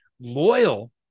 loyal